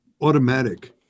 automatic